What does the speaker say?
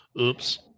Oops